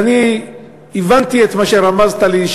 ואני הבנתי את מה שרמזת לי,